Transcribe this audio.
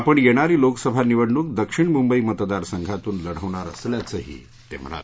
आपण येणारी लोकसभा निवडणूक दक्षिण मुंबई मतदार संघातून लढवणार असल्याचंही ते म्हणाले